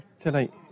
tonight